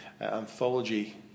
anthology